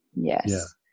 Yes